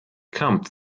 come